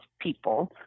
people